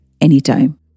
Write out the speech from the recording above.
anytime